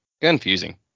Confusing